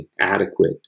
adequate